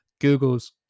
Google's